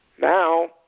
now